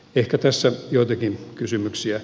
ehkä tässä joitakin kysymyksiä